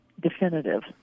definitive